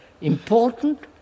important